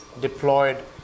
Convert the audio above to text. deployed